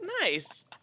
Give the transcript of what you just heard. Nice